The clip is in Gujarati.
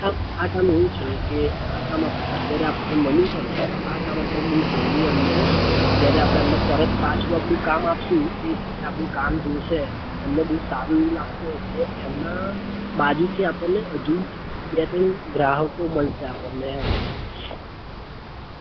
આ કામ એવું છે કે આ કામ અત્યારે આપણે મળ્યું છે ને તો આ કામ આપણે બહુ જલ્દી એમને જ્યારે એમને પરત પાછું આપણું કામ આપીશું એ જ આપણું કામ જોશે એમને બહુ સારું એવું લાગશે એમના બાજુથી આપણને હજુ બી બે ત્રણ ગ્રાહકો મળશે આપણને એમ